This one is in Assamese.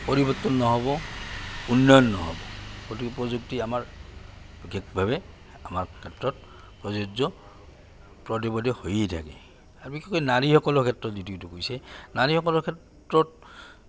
পৰিৱৰ্তন নহ'ব উন্নয়ন নহ'ব গতিকে প্ৰযুক্তি আমাৰ বিশেষভাৱে আমাৰ ক্ষেত্ৰত প্ৰযোজ্য পদে পদে হৈয়ে থাকে আৰু বিশেষকে নাৰীসকলৰ ক্ষেত্ৰত যিটোটো কৈছে নাৰীসকলৰ ক্ষেত্ৰত